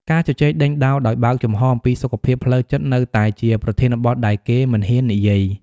ការជជែកដេញដោលដោយបើកចំហអំពីសុខភាពផ្លូវចិត្តនៅតែជាប្រធានបទដែលគេមិនហ៊ាននិយាយ។